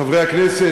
חברי הכנסת,